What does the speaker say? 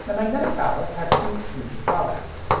and magnetic ballasts have two huge drawbacks.